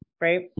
Right